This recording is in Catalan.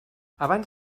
abans